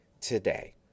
today